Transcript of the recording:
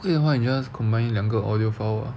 you just combined 两个 audio file